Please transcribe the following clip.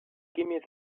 gimme